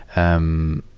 um,